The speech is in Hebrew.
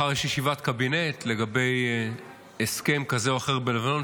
שמחר יש ישיבת קבינט לגבי הסכם כזה או אחר בלבנון,